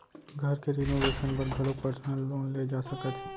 घर के रिनोवेसन बर घलोक परसनल लोन ले जा सकत हे